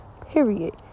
period